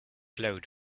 glowed